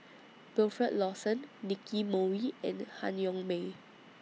Wilfed Lawson Nicky Moey and Han Yong May